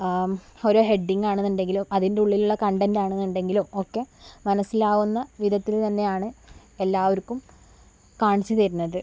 ഓരോ ഹെഡിംഗ് ആണെന്നുണ്ടെങ്കിലും അതിൻ്റെ ഉള്ളിലുള്ള കണ്ടൻ്റ് ആണെന്നുണ്ടെങ്കിലും മനസ്സിലാവുന്ന വിധത്തിൽ തന്നെയാണ് എല്ലാവർക്കും കാണിച്ച് തരുന്നത്